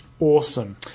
Awesome